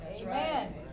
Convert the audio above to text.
Amen